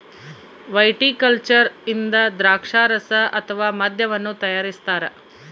viticulture ಇಂದ ದ್ರಾಕ್ಷಾರಸ ಅಥವಾ ಮದ್ಯವನ್ನು ತಯಾರಿಸ್ತಾರ